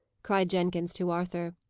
cried jenkins to arthur.